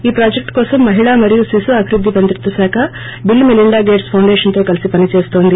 ఈ ప్రాజెక్ల్ కోసం మహిళా మరియు శిశు అభివృద్ధి మంత్రిత్వ శాఖ బిల్ మెలిండా గేట్స్ ఫౌండేషన్తో కలిసి పనిచేస్తోంది